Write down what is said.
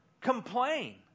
complain